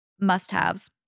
must-haves